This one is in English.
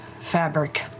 fabric